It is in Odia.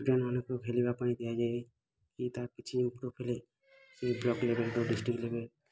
ଖେଳାଳିମାନଙ୍କୁ ଖେଳିବା ପାଇଁ ଦିଆଯାଏ ଏଇଟା କିଛି ସେଇ ବ୍ଳକ୍ ଡିଷ୍ଟ୍ରିକ୍ଟ